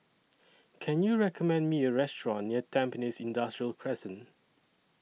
Can YOU recommend Me A Restaurant near Tampines Industrial Crescent